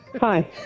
Hi